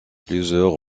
plusieurs